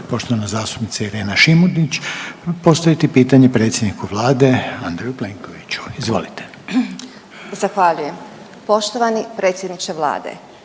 Poštovani predsjedniče vlade,